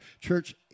church